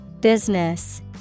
Business